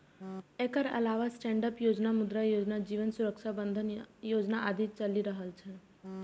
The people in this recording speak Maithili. एकर अलावे स्टैंडअप योजना, मुद्रा योजना, जीवन सुरक्षा बंधन योजना आदि चलि रहल छै